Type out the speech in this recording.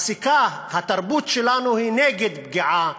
הפסיקה, התרבות שלנו, הן נגד פגיעה